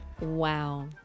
Wow